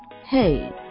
hey